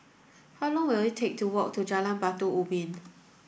how long will it take to walk to Jalan Batu Ubin